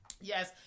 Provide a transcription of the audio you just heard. Yes